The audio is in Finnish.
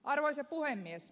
arvoisa puhemies